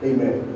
Amen